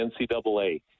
NCAA